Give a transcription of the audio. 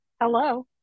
hello